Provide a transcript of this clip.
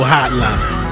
Hotline